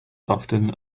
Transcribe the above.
often